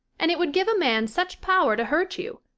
and it would give a man such power to hurt you.